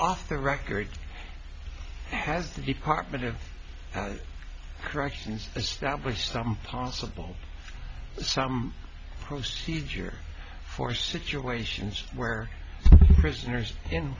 off the record has the department of corrections establish some possible some procedure for situations where prisoners in